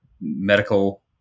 medical